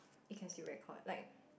it can still record like